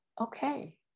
okay